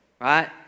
right